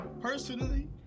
personally